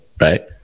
right